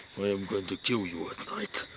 i'm going to kill you at night.